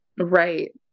Right